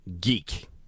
geek